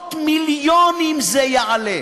עשרות מיליונים זה יעלה.